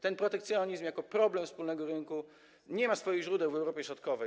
Ten protekcjonizm, jako problem wspólnego rynku, nie ma swoich źródeł w Europie Środkowej.